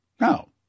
No